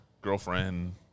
girlfriend